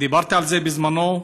דיברתי על זה בזמנו,